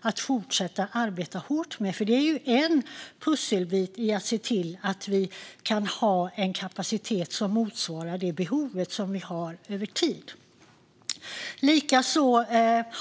att fortsätta arbeta hårt med, för det är en pusselbit i att se till att vi kan ha en kapacitet som motsvarar det behov vi har över tid.